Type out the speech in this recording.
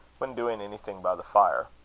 when doing anything by the fire.